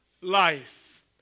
life